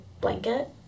blanket